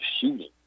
shooting